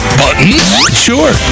buttons—sure